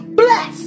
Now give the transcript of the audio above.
bless